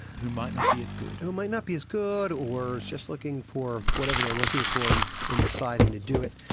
who might not be as good? who might not be as good, or is just looking for whatever they're looking for and in deciding to do it.